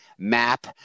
map